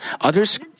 others